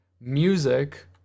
music